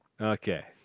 Okay